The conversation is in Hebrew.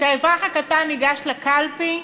כשהאזרח הקטן ניגש לקלפי,